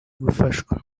gufashwa